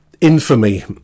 infamy